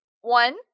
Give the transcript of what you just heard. One